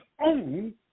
own